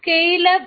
scale up